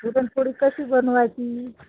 पुरणपोळी कशी बनवायची